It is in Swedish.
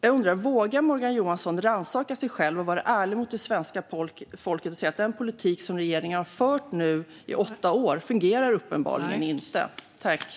Jag undrar: Vågar Morgan Johansson rannsaka sig själv och vara ärlig mot det svenska folket och säga att den politik som regeringen nu har fört i åtta år uppenbarligen inte fungerar?